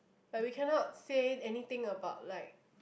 like we cannot say anything about like